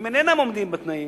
ואם הם אינם עומדים בתנאים,